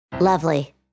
lovely